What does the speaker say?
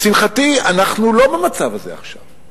לשמחתי אנחנו לא במצב הזה עכשיו.